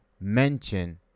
mention